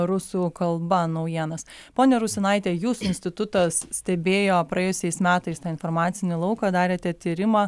rusų kalba naujienas ponia rusinaite jūsų institutas stebėjo praėjusiais metais tą informacinį lauką darėte tyrimą